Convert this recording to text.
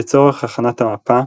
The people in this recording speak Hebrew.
לצורך הכנת המפה,